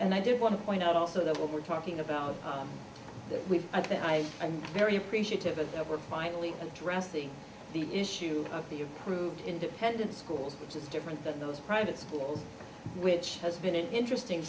and i did want to point out also that we're talking about that we've i think i am very appreciative of we're finally addressing the issue of the approved independent schools which is different than those private schools which has been an interesting